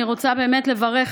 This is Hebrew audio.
אני רוצה באמת לברך,